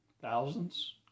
thousands